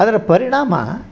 ಅದರ ಪರಿಣಾಮ